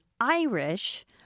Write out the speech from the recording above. Irish